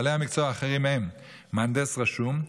בעלי המקצוע האחרים הם מהנדס רשום,